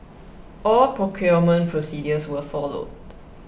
all procurement procedures were followed